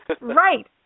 right